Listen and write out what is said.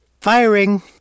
Firing